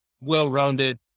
well-rounded